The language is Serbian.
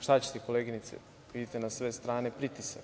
Šta ćete koleginice, vidite na sve strane pritisak.